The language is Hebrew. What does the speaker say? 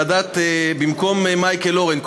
במקום מייקל אורן,